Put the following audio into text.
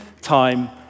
time